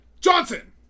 Johnson